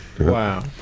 Wow